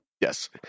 Yes